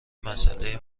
مساله